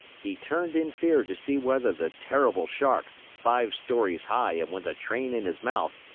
he turned in fear to see whether the terrible shark, five stories high and with a train in his mouth,